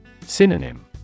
Synonym